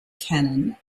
cannon